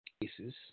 cases